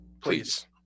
Please